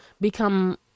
become